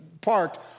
parked